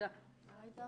מה הייתה